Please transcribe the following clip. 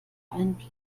einen